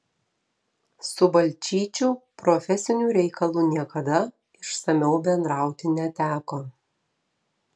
su balčyčiu profesiniu reikalu niekada išsamiau bendrauti neteko